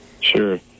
Sure